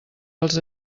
els